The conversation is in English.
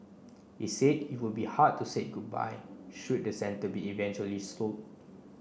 he said it would be hard to say goodbye should the centre be eventually sold